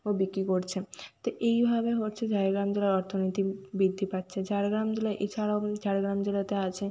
ও বিক্রি করছে তো এইভাবে হচ্ছে ঝাড়গ্রাম জেলার অর্থনীতি বৃদ্ধি পাচ্ছে ঝাড়গ্রাম জেলায় এছাড়াও ঝাড়গ্রাম জেলাতে আছে